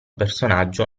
personaggio